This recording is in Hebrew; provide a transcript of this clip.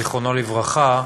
זיכרונו לברכה,